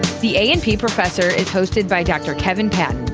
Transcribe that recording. the a and p professor is hosted by dr. kevin patton,